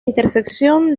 intersección